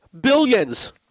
Billions